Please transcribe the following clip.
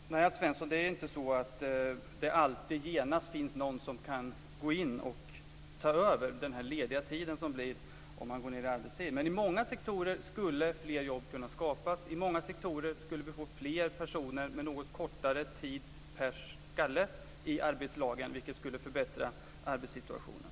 Fru talman! Nej, Alf Svensson, det är inte så att det alltid genast finns någon som kan gå in och ta över när en person minskar sin arbetstid. Men i många sektorer skulle fler jobb kunna skapas. I många sektorer skulle vi få fler personer med något kortare tid per person i arbetslagen, vilket skulle förbättra arbetssituationen.